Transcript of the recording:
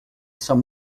são